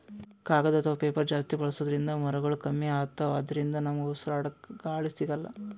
ಕಾಗದ್ ಅಥವಾ ಪೇಪರ್ ಜಾಸ್ತಿ ಬಳಸೋದ್ರಿಂದ್ ಮರಗೊಳ್ ಕಮ್ಮಿ ಅತವ್ ಅದ್ರಿನ್ದ ನಮ್ಗ್ ಉಸ್ರಾಡ್ಕ ಗಾಳಿ ಸಿಗಲ್ಲ್